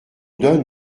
donne